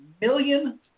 million